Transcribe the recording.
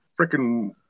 freaking